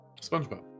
SpongeBob